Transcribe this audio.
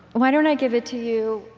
why don't i give it to you,